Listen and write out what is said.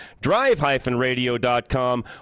drive-radio.com